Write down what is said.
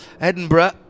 Edinburgh